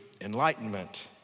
enlightenment